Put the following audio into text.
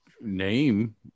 name